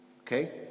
Okay